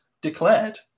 declared